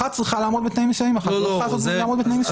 אחת צריכה לעמוד בתנאים מסוימים ואחת צריכה לעמוד בתנאים מסוימים.